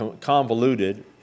convoluted